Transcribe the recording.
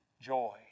joy